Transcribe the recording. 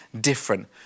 different